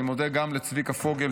אני מודה גם לצביקה פוגל,